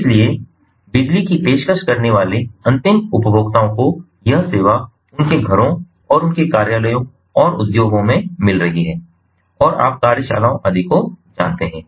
इसलिए बिजली की पेशकश करने वाले अंतिम उपभोक्ताओं को यह सेवा उनके घरों और उनके कार्यालयों और उद्योगों में मिल रही है और आप कार्यशालाओं आदि को जानते हैं